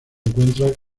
encuentran